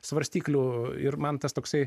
svarstyklių ir man tas toksai